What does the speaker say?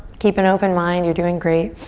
keep an open mind. you're doing great.